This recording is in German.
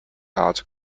art